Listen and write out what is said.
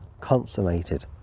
consummated